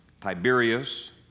Tiberius